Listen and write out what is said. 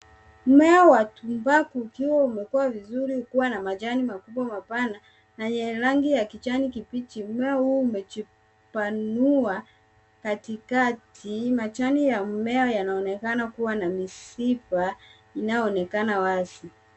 Mmea wa tumbaku ukiwa umekua vizuri hukua na majani makubwa mapana na yenye rangi ya kijani kibichi. Mmea huu umejipanua katikati. Majani ya mimea unaonekana kuwa na mishipa inayoonekana wazi.